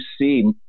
see